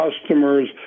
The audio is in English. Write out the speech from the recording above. customers